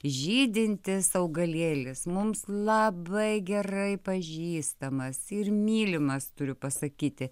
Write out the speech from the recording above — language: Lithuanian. žydintis augalėlis mums labai gerai pažįstamas ir mylimas turiu pasakyti